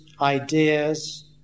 ideas